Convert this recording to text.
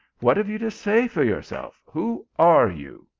what have you to say for yourself? who are you?